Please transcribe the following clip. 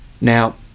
Now